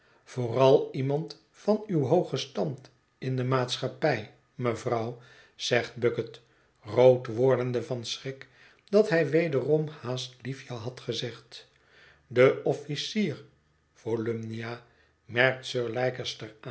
vooral iemand van uw hoogen stand in de maatschappij mejufvrouw zegt bucket rood wordende van schrik dat hij wederom haast liefje had gezegd de officier volumnia merkt sir